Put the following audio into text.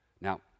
Now